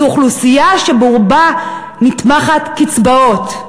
זו אוכלוסייה שברובה נתמכת קצבאות,